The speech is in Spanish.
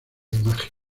imagen